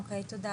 או-קיי, תודה.